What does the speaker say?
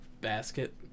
basket